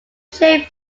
chain